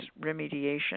remediation